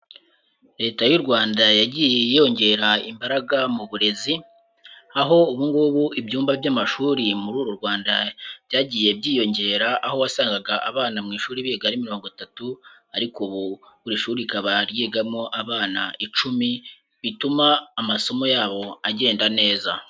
Leta y'u Rwanda yagiye yongera imbaraga mu burezi, aho ubu ngubu ibyumba by'amashuri muri uru Rwanda byagiye byiyongera aho wasangaga abana mu ishuri biga ari mirongo itatu ariko ubu buri shuri rikaba ryigamo abana icumi bituma amasomo yabo agenda neza.